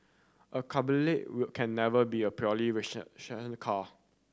a cabriolet will can never be a purely rational car